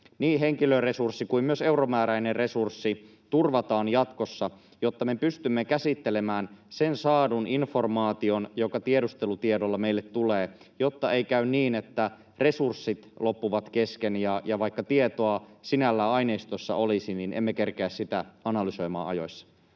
niin henkilöresurssi kuin myös euromääräinen resurssi, turvataan jatkossa, jotta me pystymme käsittelemään sen saadun informaation, joka tiedustelutiedolla meille tulee, jotta ei käy niin, että resurssit loppuvat kesken, ja vaikka tietoa sinällään aineistossa olisi, niin emme kerkeä sitä analysoimaan ajoissa?